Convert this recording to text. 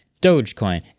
Dogecoin